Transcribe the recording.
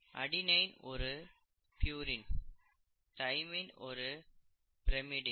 adenine ஒரு purine thymine ஒரு pyrimidine